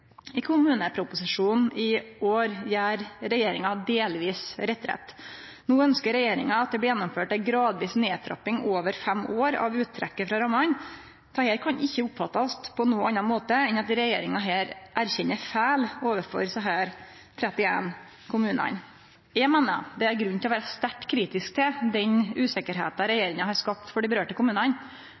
I kommuneproposisjonen i år gjer regjeringa delvis retrett. No ønskjer regjeringa at det blir gjennomført ei gradvis nedtrapping over fem år av uttrekket frå rammene. Dette kan ikkje oppfattast på nokon annan måte enn at regjeringa her erkjenner feil overfor desse 31 kommunane. Eg meiner det er grunn til å vere sterkt kritisk til den usikkerheita regjeringa har skapt for dei berørte kommunane.